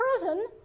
prison